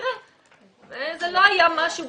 זה לא היה משהו,